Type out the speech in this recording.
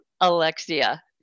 Alexia